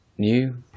new